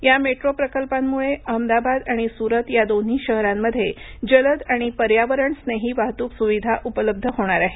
या मेट्रो प्रकल्पांमुळे अहमदाबाद आणि सुरत या दोन्ही शहरामध्ये जलद आणि पर्यावरण स्नेही वाहतूक सुविधा उपलब्ध होणार आहे